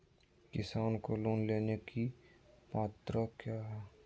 किसान को लोन लेने की पत्रा क्या है?